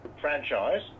franchise